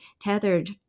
tethered